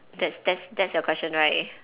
that's that's that's your question right